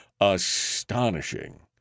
Astonishing